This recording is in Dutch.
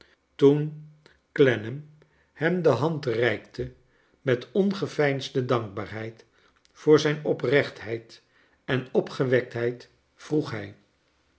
toen clennam hem de hand reikte met ongeveinsde dankbaarheid voor zijn oprechtheid en opgewektheid vroeg hij